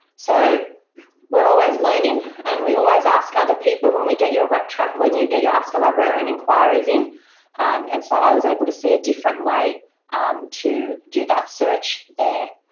so we're always learning and we always ask other people when we get your ref track, when you get your ask a librarian inquiries in and, and so i was able to see a different way to do that search there.